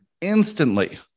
instantly